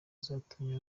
zatumye